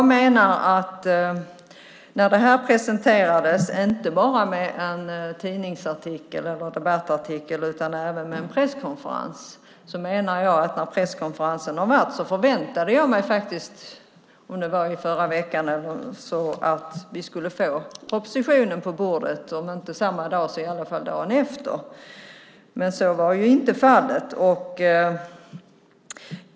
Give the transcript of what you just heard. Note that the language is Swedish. Detta presenterades inte bara med en debattartikel utan även med en presskonferens. När presskonferensen hade varit förväntade jag mig att vi skulle få propositionen på bordet samma dag eller dagen efter. Så var dock inte fallet.